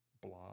blah